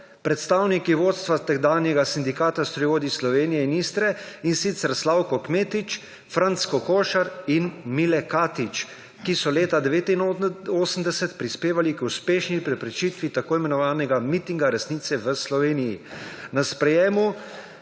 predstavniki vodstva tedanjega Sindikata strojevodij Slovenije in Istre, in sicer Slavko Kmetič, Franc Kokošar in Mile Katič, ki so leta 1989 prispevali k uspešni preprečitvi tako imenovanega mitinga resnice v Sloveniji. Na sprejemu,